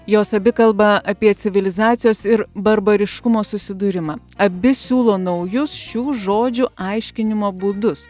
jos abi kalba apie civilizacijos ir barbariškumo susidūrimą abi siūlo naujus šių žodžių aiškinimo būdus